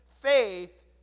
Faith